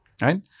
Right